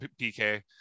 PK